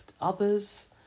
others